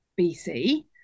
BC